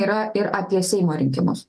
yra ir apie seimo rinkimus